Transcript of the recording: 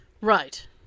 Right